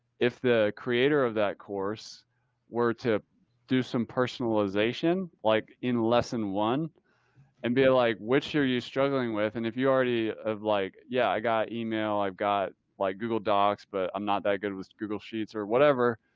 if the creator of that course were to do some personalization, like in lesson one and be like, which are you struggling with? and if you already have like, yeah, i got email, i've got like google docs, but i'm not that good with google sheets or whatever.